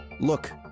Look